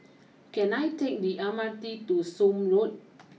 can I take the M R T to Somme Road